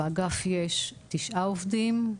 באגף יש תשעה עובדים,